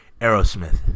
Aerosmith